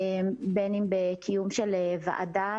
בין אם בקיום של ועדה.